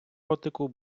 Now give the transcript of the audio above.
ротику